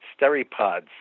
SteriPods